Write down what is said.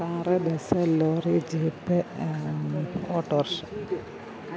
car bus lorry jeep autorickshaw